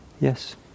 Yes